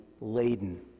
laden